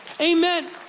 Amen